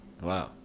Wow